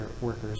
workers